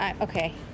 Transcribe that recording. okay